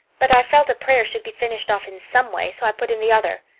but i felt a prayer should be finished off in some way, so i put in the other.